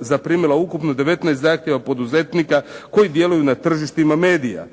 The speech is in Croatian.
zaprimila ukupno 19 zahtjeva poduzetnika koji djeluju na tržištima medija.